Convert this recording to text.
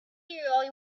really